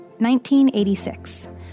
1986